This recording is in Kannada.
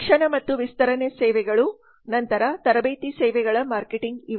ಶಿಕ್ಷಣ ಮತ್ತು ವಿಸ್ತರಣೆ ಸೇವೆಗಳು ನಂತರ ತರಬೇತಿ ಸೇವೆಗಳ ಮಾರ್ಕೆಟಿಂಗ್ ಇವೆ